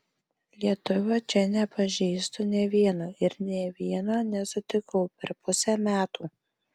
lietuvio čia nepažįstu nė vieno ir nė vieno nesutikau per pusę metų